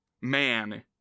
man